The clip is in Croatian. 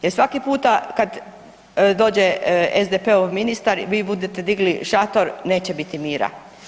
Jer svaki puta kad dođe SDP-ov ministar vi budete digli šator neće biti mira.